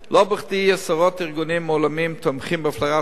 לא בכדי עשרות ארגונים עולמיים תומכים בהפלרת מי